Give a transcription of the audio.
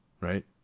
right